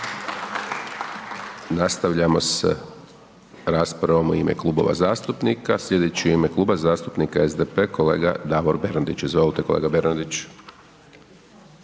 Nastavljamo s raspravom u ime klubova zastupnika. Slijedeći je u ime kluba zastupnika SDP-a kolega Davor Bernardić, izvolite kolega Bernardić.